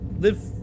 Live